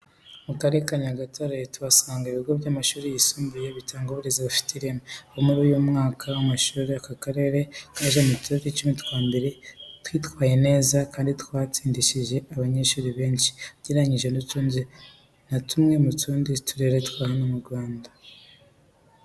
Mu Karere ka Nyagatare tuhasanga ibigo by'amashuri yisumbuye bitanga uburezi bufite ireme, aho muri uyu mwaka w'amashuri aka karere kaje mu turere icumi twa mbere twitwaye neza kandi tugatsindisha abanyeshuri benshi ugereranyije na tumwe mu tundi turere hano mu Rwanda.